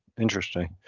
interesting